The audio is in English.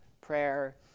prayer